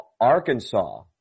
Arkansas